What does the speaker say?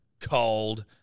cold